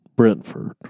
Brentford